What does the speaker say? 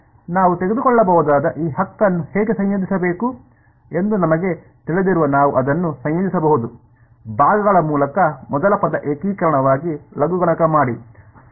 ನಾವು ತೆಗೆದುಕೊಳ್ಳಬಹುದಾದ ಈ ಹಕ್ಕನ್ನು ಹೇಗೆ ಸಂಯೋಜಿಸಬೇಕು ಎಂದು ನಮಗೆ ತಿಳಿದಿರುವ ನಾವು ಅದನ್ನು ಸಂಯೋಜಿಸಬಹುದು ಭಾಗಗಳ ಮೂಲಕ ಮೊದಲ ಪದ ಏಕೀಕರಣವಾಗಿ ಲಘುಗಣಕ ಮಾಡಿ